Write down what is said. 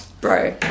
Bro